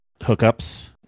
hookups